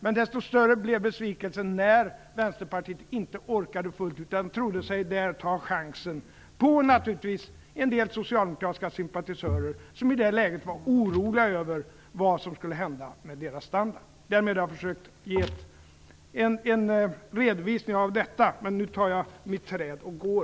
Men desto större blev besvikelsen när Vänsterpartiet inte orkade fullt ut, utan tog chansen att ta en del socialdemokratiska sympatisörer som i det läget var oroliga över vad som skulle hända med deras standard. Därmed har jag försökt att ge en redovisning av situationen, men nu tar jag mitt träd och går.